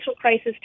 crisis